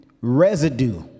residue